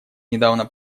недавно